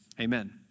amen